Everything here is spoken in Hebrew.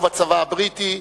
ובצבא הבריטי.